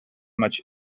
much